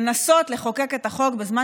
רצים-אצים לנסות לחוקק את החוק בזמן